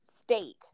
state